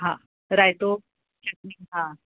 हा रायतो चटनी हा